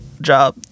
job